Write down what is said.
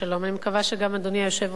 אני מקווה שגם אדוני היושב-ראש,